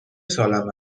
سالم